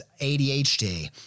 ADHD